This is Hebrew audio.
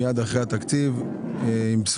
מיד לאחר התקציב,